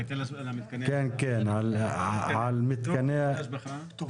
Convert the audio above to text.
על מתקני ההשבחה,